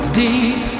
deep